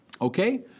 Okay